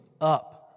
up